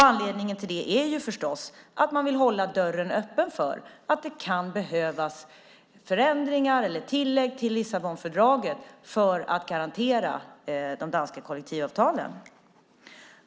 Anledningen till det är förstås att man vill hålla dörren öppen för att det kan behöva göras förändringar eller tillägg till Lissabonfördraget för att garantera de danska kollektivavtalen.